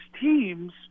teams